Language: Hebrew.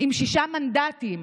עם שישה מנדטים